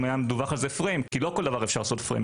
היה מדווח על זה פריים כי לא כל דבר אפשר לעשות פריים.